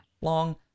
long